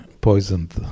poisoned